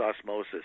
osmosis